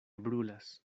brulas